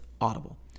Audible